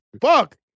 Fuck